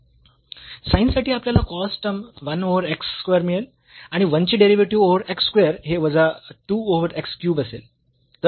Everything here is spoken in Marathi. sin साठी आपल्याला cos term 1 over x square मिळेल आणि 1 चे डेरिव्हेटिव्ह ओव्हर x स्क्वेअर हे वजा 2 ओव्हर x क्यूब असेल